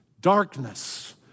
darkness